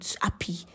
happy